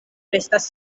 restas